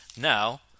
Now